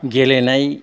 गेलेनाय